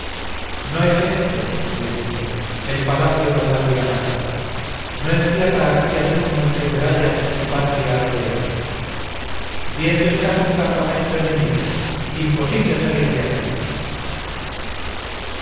no es este le dice el palacio dotal de amata no encierra aquí a turno entre murallas su patria ardea viendo estás un campamento enemigo imposible salir de aquí